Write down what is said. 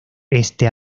este